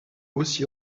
aussi